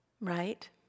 Right